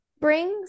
brings